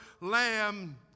lamb